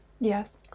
Yes